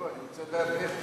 לא, אני רוצה לדעת איך.